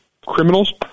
Criminals